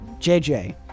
JJ